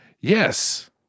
Yes